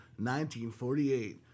1948